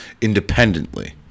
independently